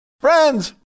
Friends